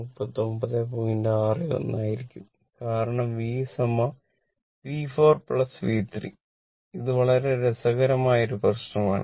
61 ആയിരിക്കും കാരണം V V4 V3 ഇത് വളരെ രസകരമായ ഒരു പ്രശ്നമാണ്